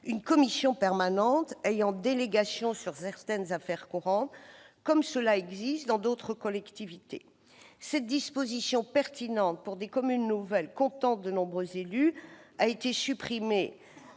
une commission permanente ayant délégation sur certaines affaires courantes, comme cela existe dans d'autres collectivités. Cette disposition pertinente pour des communes nouvelles comptant de nombreux élus a été supprimée